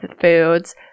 foods